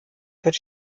wird